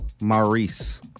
Maurice